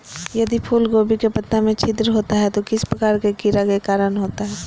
यदि फूलगोभी के पत्ता में छिद्र होता है तो किस प्रकार के कीड़ा के कारण होता है?